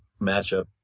matchup